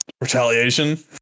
retaliation